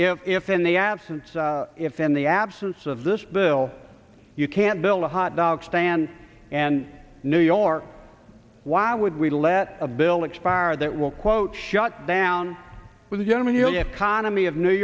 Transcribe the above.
if if in the absence if in the absence of this we'll you can't build a hotdog stand and new york why would we let a bill expire that will quote shut down with a gentleman